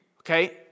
Okay